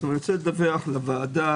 רוצה לדווח לוועדה,